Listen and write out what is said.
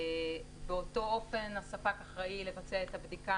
ובאותו אופן הספק אחראי לבצע את הבדיקה